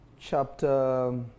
chapter